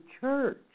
church